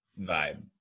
vibe